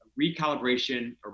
recalibration